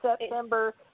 September